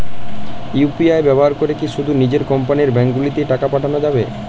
UPI ব্যবহার করে কি শুধু নিজের কোম্পানীর ব্যাংকগুলিতেই টাকা পাঠানো যাবে?